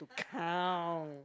count